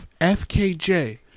FKJ